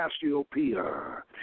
Cassiopeia